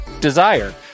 Desire